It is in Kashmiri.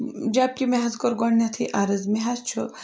جب کہِ مےٚ حظ کوٚر گۄڈنیٚتھٕے عرض مےٚ حظ چھُ